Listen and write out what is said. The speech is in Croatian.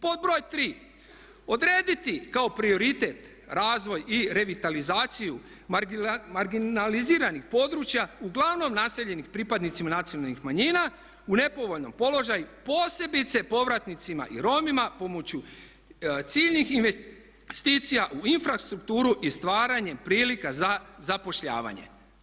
Pod broj tri, odrediti kao prioritet razvoj i revitalizaciju marginaliziranih područja uglavnom naseljenih pripadnicima nacionalnih manjina u nepovoljni položaj posebice povratnicima i Romima pomoću ciljnih investicija u infrastrukturu i stvaranje prilika za zapošljavanje.